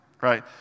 right